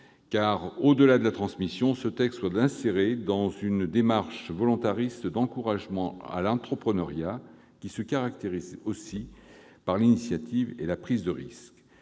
Au-delà de la transmission, ce texte doit s'insérer dans une démarche volontariste d'encouragement à l'entreprenariat qui se caractérise aussi par l'initiative et la prise de risques.